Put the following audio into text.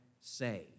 say